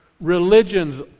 religions